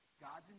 God's